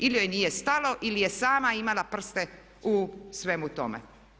Ili joj nije stalo ili je sama imala prste u svemu tome.